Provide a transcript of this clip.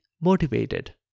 motivated